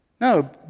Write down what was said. No